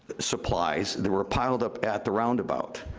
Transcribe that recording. supplies that were piled up at the roundabout.